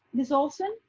ms. olson.